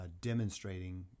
demonstrating